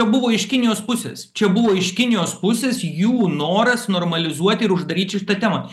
buvo iš kinijos pusės čia buvo iš kinijos pusės jų noras normalizuoti ir uždaryt šitą temą